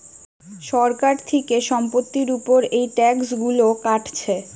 সরকার থিকে সম্পত্তির উপর এই ট্যাক্স গুলো কাটছে